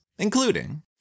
including